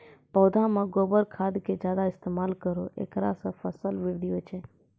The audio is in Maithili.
पौधा मे गोबर खाद के ज्यादा इस्तेमाल करौ ऐकरा से फसल बृद्धि होय छै?